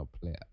player